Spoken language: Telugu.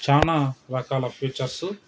చాలా రకాల ఫీచర్సు